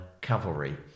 cavalry